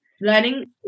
learning